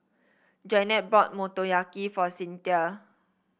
Jannette bought Motoyaki for Cyntha